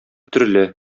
төрле